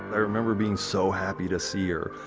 i remember being so happy to see her.